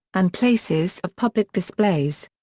and places of public displays.